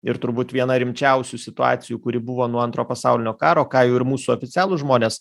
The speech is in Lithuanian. ir turbūt viena rimčiausių situacijų kuri buvo nuo antro pasaulinio karo ką jau ir mūsų oficialūs žmonės